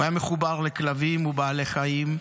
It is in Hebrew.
הוא היה מחובר לכלבים ולבעלי חיים,